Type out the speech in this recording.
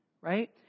right